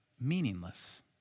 meaningless